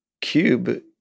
cube